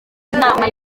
inama